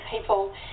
people